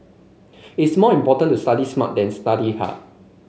it's more important to study smart than study hard